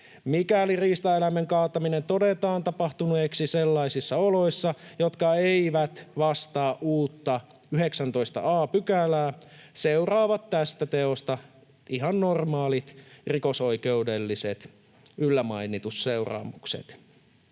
Mikäli riistaeläimen kaataminen todetaan tapahtuneeksi sellaisissa oloissa, jotka eivät vastaa uutta 19 a §:ää, seuraavat tästä teosta ihan normaalit rikosoikeudelliset, yllämainitut seuraamukset.